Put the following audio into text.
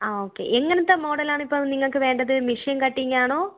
ആ ഓക്കെ എങ്ങനത്തെ മോഡലാണ് ഇപ്പം നിങ്ങൾക്ക് വേണ്ടത് മെഷീൻ കട്ടിങ് ആണോ